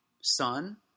Sun